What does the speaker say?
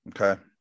Okay